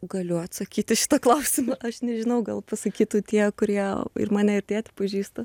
galiu atsakyt į šitą klausimą aš nežinau gal pasakytų tie kurie ir mane ir tėtį pažįsta